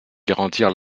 garantir